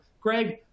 Greg